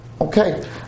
Okay